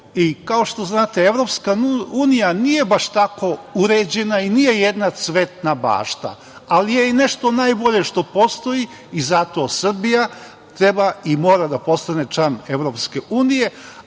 i kao što znate, Evropska unija nije baš tako uređena i nije jedna cvetna bašta, ali je i nešto najbolje što postoji i zato Srbija treba i mora da postane član EU,